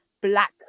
black